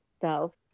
self